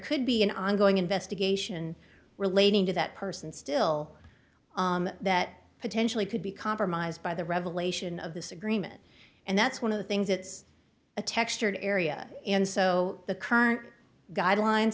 could be an ongoing investigation relating to that person still that potentially could be compromised by the revelation of this agreement and that's one of the things it's a textured area and so the current guidelines